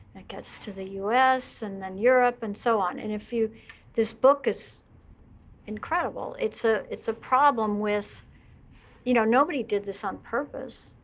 that gets to the us and then europe and so on. and if you this book is incredible. it's ah it's a problem with you know, nobody did this on purpose.